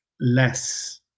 less